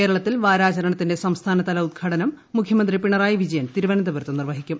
കേരളത്തിൽ വാരാചരണത്തിന്റെ സംസ്ഥാനതല ഉദ്ഘാടനം മുഖ്യ മന്ത്രി പിണറായി വിജയൻ തിരുവനന്തപുരത്ത് നിർവ്വഹിക്കും